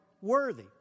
worthy